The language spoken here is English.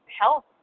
health